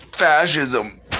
Fascism